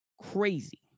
crazy